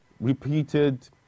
repeated